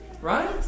right